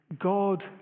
God